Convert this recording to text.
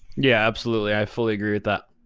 yeah, absolutely, i fully agree with that.